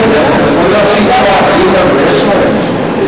יכול להיות שהיא טועה, תגיד לנו, יש או אין?